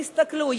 תסתכלו,